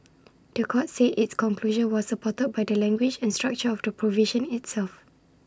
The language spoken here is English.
The Court said its conclusion was supported by the language and structure of the provision itself